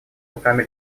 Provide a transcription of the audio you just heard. руками